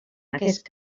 aquest